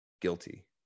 guilty